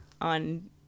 on